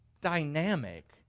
dynamic